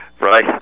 right